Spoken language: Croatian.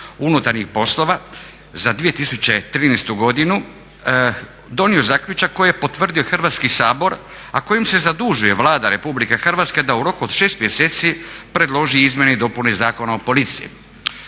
unutarnjih poslova za 2013. godinu donio zaključak koji je potvrdio Hrvatski sabor a kojim se zadužuje Vlada Republike Hrvatske da u roku od 6 mjeseci predloži izmjene i dopune Zakona o policiji.